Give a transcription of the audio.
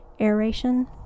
aeration